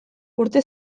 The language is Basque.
urte